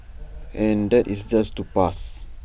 and that is just to pass